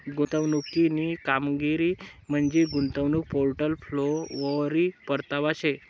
गुंतवणूकनी कामगिरी म्हंजी गुंतवणूक पोर्टफोलिओवरी परतावा शे